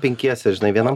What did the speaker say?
penkiese žinai vienam